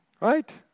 Right